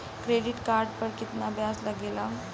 Credit card पर कितना ब्याज लगेला?